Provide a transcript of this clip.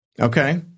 Okay